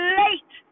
late